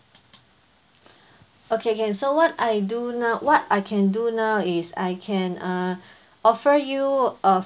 okay can so what I do now what I can do now is I can uh offer you a